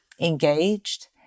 engaged